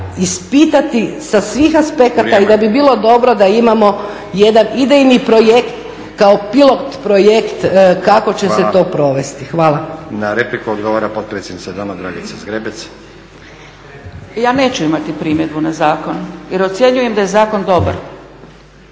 ispitati sa svih aspekata i da bi bilo dobro da imamo jedan idejni projekt kao pilot-projekt kako će se to provesti. Hvala. **Stazić, Nenad (SDP)** Hvala. Na repliku odgovara potpredsjednica Doma, Dragica Zgrebec. **Zgrebec, Dragica (SDP)** Ja neću imati primjedbu na zakon jer ocjenjujem da je zakon dobar.